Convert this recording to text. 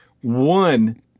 one